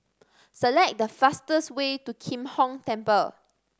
select the fastest way to Kim Hong Temple